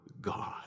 God